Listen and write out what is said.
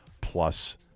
plus